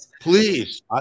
please